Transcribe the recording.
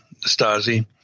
Stasi